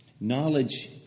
Knowledge